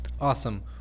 Awesome